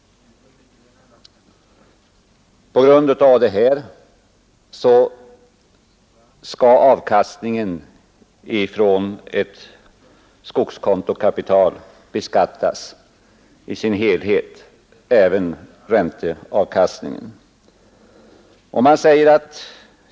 På grund av detta skall avkastningen från ett skogskontokapital beskattas i sin helhet.